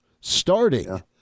starting